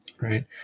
right